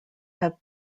have